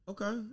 Okay